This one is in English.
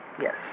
Yes